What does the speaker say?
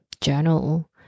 journal